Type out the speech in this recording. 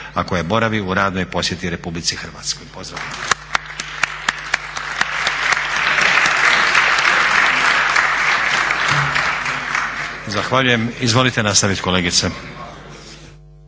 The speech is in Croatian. a koja boravi u radnoj posjeti RH, pozdravljamo. /Pljesak/ Zahvaljujem. Izvolite nastavit kolegice.